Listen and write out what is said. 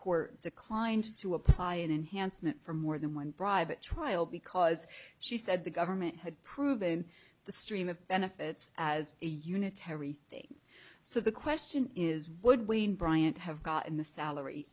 court declined to apply an enhancement for more than one private trial because she said the government had proven the stream of benefits as a unitary state so the question is would wayne bryant have gotten the salary